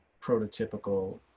prototypical